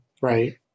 right